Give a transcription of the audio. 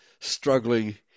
struggling